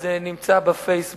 אז זה נמצא ב"פייסבוק"